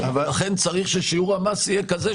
לכן צריך ששיעור המס יהיה כזה.